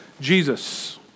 Jesus